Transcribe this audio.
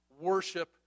Worship